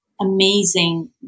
amazing